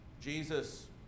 Jesus